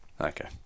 okay